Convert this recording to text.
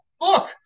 look